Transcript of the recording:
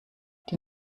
die